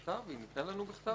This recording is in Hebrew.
אם ייתן, ייתן.